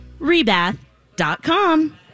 rebath.com